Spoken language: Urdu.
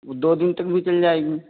وہ دو دن تک بھی چل جائے گی